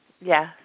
Yes